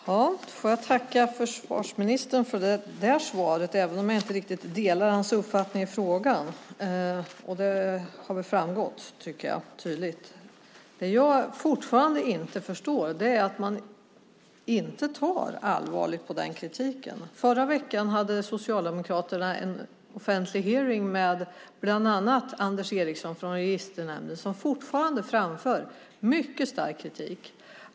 Herr talman! Jag tackar försvarsministern även för det svaret, även om jag inte riktigt delar hans uppfattning i frågan. Det har väl tydligt framgått, tycker jag. Jag förstår fortfarande inte att man inte tar allvarligt på kritiken. Förra veckan hade Socialdemokraterna en offentlig hearing med bland andra Anders Eriksson från Registernämnden som fortfarande framför mycket stark kritik.